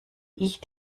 ich